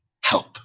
help